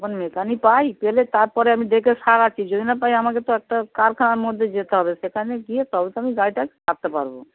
তখন মেকানিক পাই পেলে তারপরে আমি দেখে সারাছি যদি না পাই আমাকে তো একটা কারখানার মধ্যে যেতে হবে সেখানে গিয়ে তবে তো আমি গাড়িটা সারতে পারবো